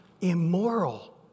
immoral